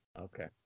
Okay